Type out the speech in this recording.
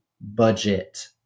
budget